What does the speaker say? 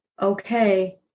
Okay